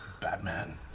Batman